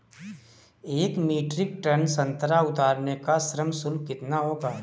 एक metric tonne संतरा उतारने का श्रम शुल्क कितना होगा?